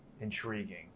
intriguing